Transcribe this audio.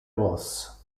vos